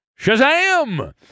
Shazam